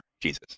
Jesus